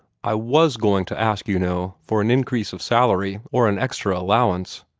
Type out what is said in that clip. i was going to ask, you know, for an increase of salary, or an extra allowance.